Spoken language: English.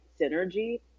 synergy